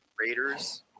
Raiders